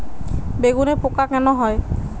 বেগুনে পোকা কেন হয়?